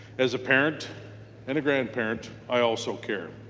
as a parent and a grandparent i also care.